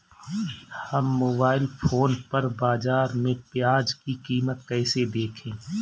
हम mobile phone पर बाज़ार में प्याज़ की कीमत कैसे देखें?